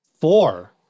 four